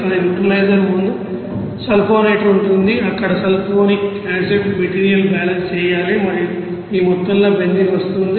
కానీ న్యూట్రలైజర్ ముందు సల్ఫోనేటర్ ఉంటుంది ఇక్కడ సల్ఫ్యూరిక్ యాసిడ్ మెటీరియల్ బ్యాలెన్స్ చేయాలి మరియు ఈ మొత్తంలో బెంజీన్ వస్తోంది